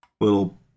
little